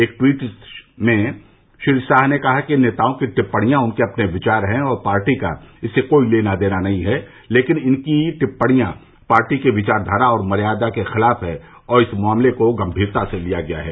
एक ट्वीट में श्री शाह ने कहा कि इन नेताओं की टिप्पणियां उनके अपने विचार हैं और पार्टी का इससे कोई लेना देना नहीं है लेकिन इनकी टिपणियां पार्टी की विचाखारा और मर्यादा के खिलाफ हैं और इस मामले को गम्भीरता से लिया गया है